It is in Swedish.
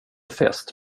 fest